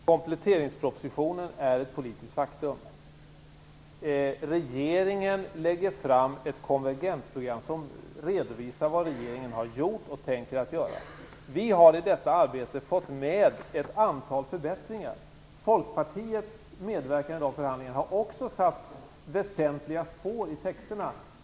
Fru talman! Kompletteringspropositionen är ett politiskt faktum. Regeringen lägger fram ett konvergensprogram som redovisar vad regeringen har gjort och tänker göra. Vi har i detta arbete fått med ett antal förbättringar. Folkpartiet medverkar i de förhandlingarna och har också satt väsentliga spår i texterna.